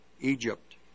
Egypt